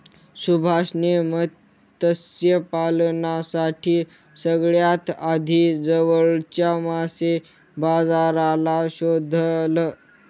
सुभाष ने मत्स्य पालनासाठी सगळ्यात आधी जवळच्या मासे बाजाराला शोधलं